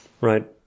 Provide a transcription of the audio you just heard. Right